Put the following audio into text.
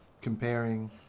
comparing